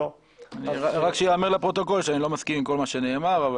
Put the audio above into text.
רק שיאמר בפרוטוקול שאני לא מסכים עם כל מה שנאמר.